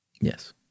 Yes